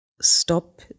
stop